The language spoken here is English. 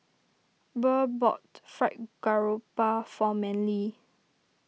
Burr bought Fried Garoupa for Manley